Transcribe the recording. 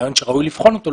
רעיון שראוי לבחון אותו,